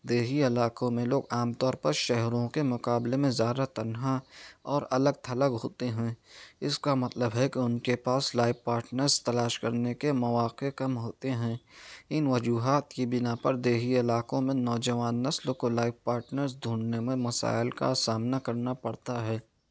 دیہی علاقوں میں لوگ عالم طور پر شہروں کے مقابلے میں زیادہ تنہا اور الگ تھلک ہوتے ہیں اس کا مطلب ہے کہ ان کے پاس لائف پارٹنرس تلاش کرنے کے مواقع کم ہوتے ہیں ان وجوہات کی بنا پر دیہی علاقوں میں نوجوان نسل کو لائف پارٹنرس ڈھونڈنے میں مسائل کا سامنا کرنا پڑتا ہے